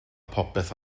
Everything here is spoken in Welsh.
popeth